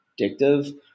addictive